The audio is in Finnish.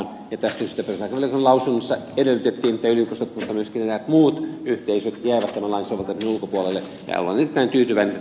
tästä syystä perustuslakivaliokunnan lausunnossa edellytettiin että yliopistot mutta myöskin eräät muut yhteisöt jäävät tämän lain soveltamisen ulkopuolelle